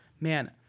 man